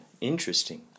interesting